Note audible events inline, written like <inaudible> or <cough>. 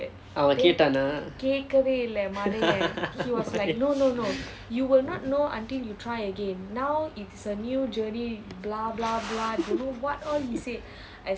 அவன் கேட்டான்னா:avan kaettaannaa <laughs> okay